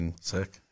Sick